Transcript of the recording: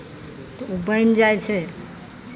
तऽ ओ बनि जाइ छै